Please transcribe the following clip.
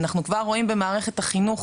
אנחנו כבר רואים במערכת החינוך